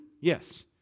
Yes